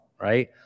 right